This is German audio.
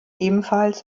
ebenfalls